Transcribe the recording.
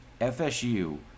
FSU